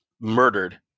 murdered